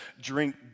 drink